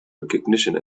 recognition